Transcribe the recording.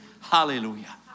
Hallelujah